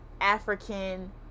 African